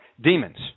demons